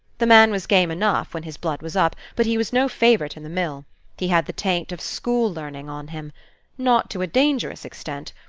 the man was game enough, when his blood was up but he was no favorite in the mill he had the taint of school-learning on him not to a dangerous extent,